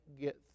get